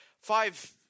Five